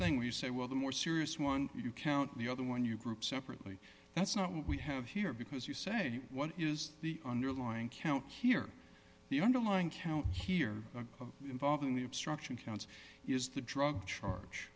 thing where you say well the more serious one if you count the other one you group separately that's not what we have here because you say what is the underlying count here the underlying count here involving the obstruction counts is the drug charge